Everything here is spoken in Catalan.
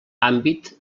àmbit